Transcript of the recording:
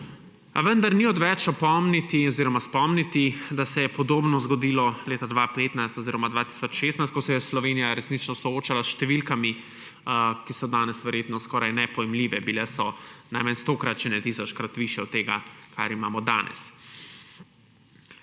vendar ni odveč opomniti oziroma spomniti, da se je podobno zgodilo leta 2015 oziroma 2016, ko se je Slovenija resnično soočala s številkami, ki so danes verjetno skoraj nepojmljive, bile so najmanj stokrat, če ne tisočkrat višje od tega, kar imamo danes.